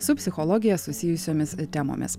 su psichologija susijusiomis temomis